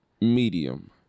medium